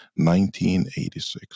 1986